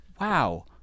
wow